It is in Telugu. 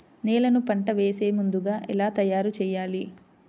నేలను పంట వేసే ముందుగా ఎలా తయారుచేయాలి?